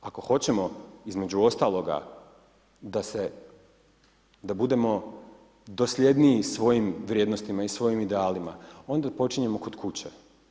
Ako hoćemo između ostaloga da budemo dosljedniji svojim vrijednostima i svojim idealima, onda počinjemo kod kuće.